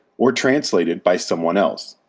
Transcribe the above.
or translated by someone else.